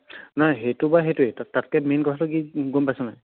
নাই সেইটো বাৰু সেইটোৱে তাত তাতকে মেইন কথাটো কি গম পাইছ নে নাই